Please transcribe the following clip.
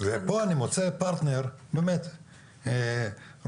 פה אני מוצא פרטנר באמת רגיש,